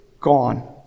gone